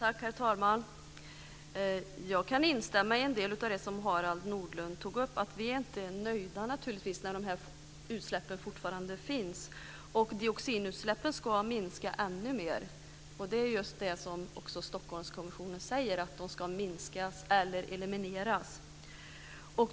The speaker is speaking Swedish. Herr talman! Jag kan instämma i en del av det som Harald Nordlund tog upp. Vi är naturligtvis inte nöjda när de här utsläppen fortfarande finns. Dioxinutsläppen ska minska ännu mer. Det är just vad Stockholmskonventionen säger: De ska minskas eller elimineras.